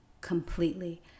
completely